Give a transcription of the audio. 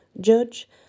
Judge